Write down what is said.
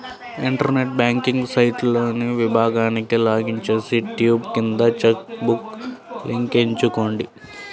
internet banking సైట్లోని విభాగానికి login చేసి, ట్యాబ్ కింద చెక్ బుక్ లింక్ ఎంచుకోండి